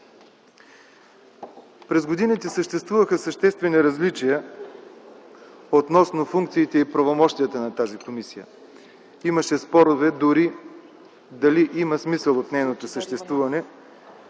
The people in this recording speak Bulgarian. През годините съществуваха съществени различия относно функциите и правомощията на тази комисия, имаше спорове дори дали има смисъл от нейното съществуване,